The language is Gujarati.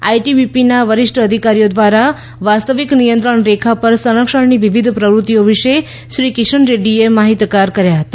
આઈટીબીપીના વરિષ્ઠ અધિકારીઓ દ્વારા વાસ્તવિક નિયંત્રણ રેખા પર સંરક્ષણની વિવિધ પ્રવૃત્તિઓ વિશે શ્રી કિશન રેડ્ડીને માહિતગાર કર્યા હતા